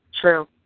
True